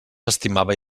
estimava